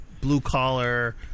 blue-collar